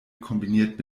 kombiniert